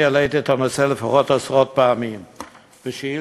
העליתי את הנושא לפחות עשרות פעמים בשאילתות,